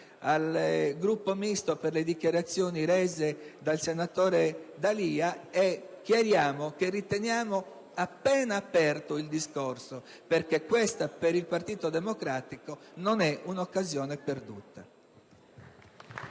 al Gruppo dell'UDC per le dichiarazioni rese dal senatore D'Alia e chiariamo che riteniamo appena aperto il discorso, perché questa, per il Partito Democratico, non è un'occasione perduta.